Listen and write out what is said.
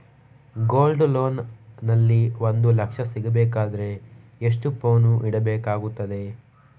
Gold loan ನಲ್ಲಿ ಒಂದು ಲಕ್ಷ ಸಿಗಬೇಕಾದರೆ ಎಷ್ಟು ಪೌನು ಇಡಬೇಕಾಗುತ್ತದೆ?